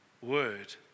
word